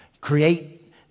Create